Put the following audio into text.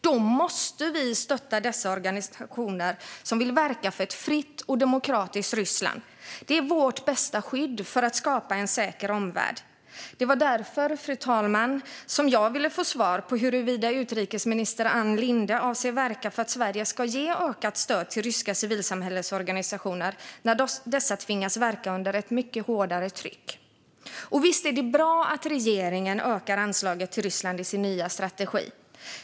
Då måste vi stötta dessa organisationer som vill verka för ett fritt och demokratiskt Ryssland. Det är vårt bästa skydd för att skapa en säker omvärld. Det var därför jag ville få svar på huruvida utrikesminister Ann Linde avser att verka för att Sverige ska ge ökat stöd till ryska civilsamhällesorganisationer när dessa tvingas verka under ett mycket hårdare tryck. Visst är det bra att regeringen ökar anslaget till Ryssland i sin nya strategi.